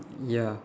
ya